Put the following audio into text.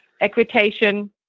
equitation